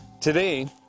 Today